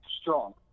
strong